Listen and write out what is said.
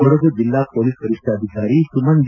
ಕೊಡಗು ಜಿಲ್ಲಾ ಪೊಲೀಸ್ ವರಿಷ್ಠಾಧಿಕಾರಿ ಸುಮನ್ ಡಿ